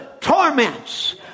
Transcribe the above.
torments